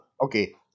Okay